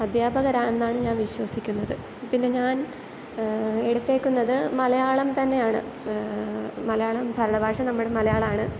അധ്യാപകരാണെന്നാണ് ഞാൻ വിശ്വസിക്കുന്നത് പിന്നെ ഞാൻ എടുത്തേക്കുന്നത് മലയാളം തന്നെയാണ് മലയാളം ഭരണ ഭാഷ നമ്മുടെ മലയാളമാണ്